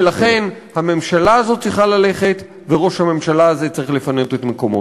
ולכן הממשלה הזאת צריכה ללכת וראש הממשלה הזה צריך לפנות את מקומו.